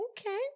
okay